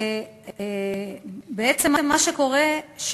בעצם מה שקורה,